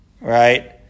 right